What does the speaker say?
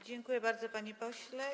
Dziękuję bardzo, panie pośle.